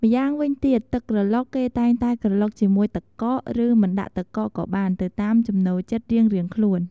ម្យ៉ាងវិញទៀត ទឹកក្រឡុកគេតែងតែក្រឡុកជាមួយទឹកកក ឬមិនដាក់ទឹកកកក៏បាន ទៅតាមចំណូលចិត្តរៀងៗខ្លួន។